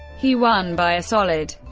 he won by a solid,